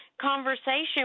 conversation